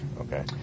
okay